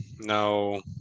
no